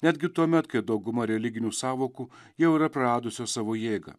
netgi tuomet kai dauguma religinių sąvokų jau yra praradusios savo jėgą